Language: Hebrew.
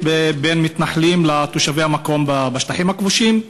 בין מתנחלים לתושבי המקום בשטים הכבושים.